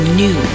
new